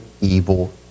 evil